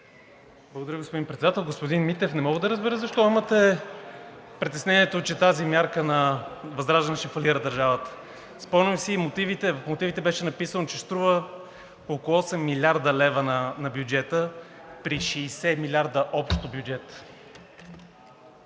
Благодаря, господин Председател. Господин Митев, не мога да разбера защо имате притеснението, че тази мярка на ВЪЗРАЖДАНЕ ще фалира държавата? Спомням си мотивите. В мотивите беше написано, че ще струва около 8 млрд. лв. на бюджета при 60 милиарда общ бюджет.